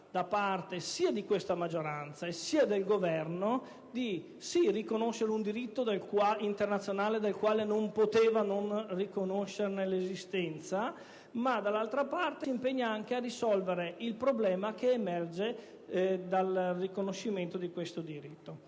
da parte sia di questa maggioranza sia del Governo, di riconoscere certamente un diritto internazionale del quale non si poteva non riconoscerne l'esistenza, ma anche la volontà di impegnarsi a risolvere il problema che emerge dal riconoscimento di questo diritto.